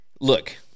Look